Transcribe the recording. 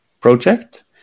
project